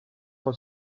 vor